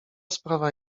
sprawa